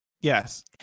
Yes